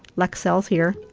leksells here,